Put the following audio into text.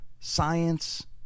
science